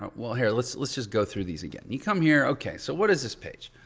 well, here, let's let's just go through these again. you come here. okay. so what is this page?